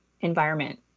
environment